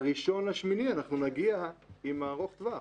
ב-1 באוגוסט אנחנו נגיע עם הארוך-טווח,